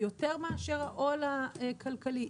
יותר מאשר עול כלכלי,